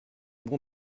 bon